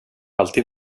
alltid